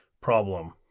problem